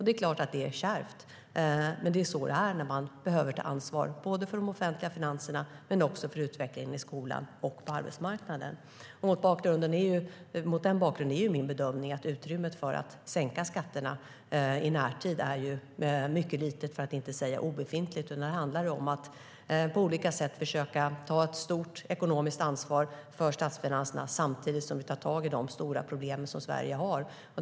Det är klart att det är kärvt, men det är så det är när man behöver ta ansvar både för de offentliga finanserna och för utvecklingen i skolan och på arbetsmarknaden. Mot den bakgrunden är min bedömning att utrymmet för att sänka skatterna i närtid är mycket litet, för att inte säga obefintligt. Nu handlar det om att på olika sätt försöka ta ett stort ekonomiskt ansvar för statsfinanserna samtidigt som vi tar tag i de stora problem Sverige har.